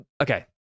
Okay